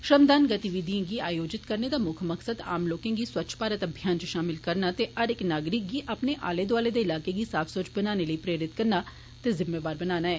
श्रमदान गतिविधिए गी आयोजित करने दा मुक्ख मकसद आम लोकें गी स्वच्छ भारत अभियान इच षामल करना ते हर इक नागरिक गी अपने आले दौआले दे इलाके गी साफ स्वचछ बनाने लेई प्रेरित करना ते जिम्मेदार बनाना ऐ